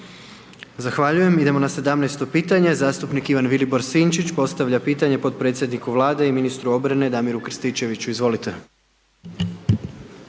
(HDZ)** Idemo na 17 pitanje. Zastupnik Ivan Vilibor Sinčić postavlja pitanje potpredsjedniku vlade i ministru obrane Damiru Krstičeviću, izvolite.